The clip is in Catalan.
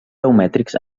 geomètrics